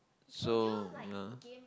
so yeah